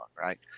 Right